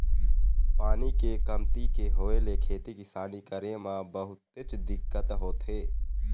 पानी के कमती के होय ले खेती किसानी करे म बहुतेच दिक्कत होथे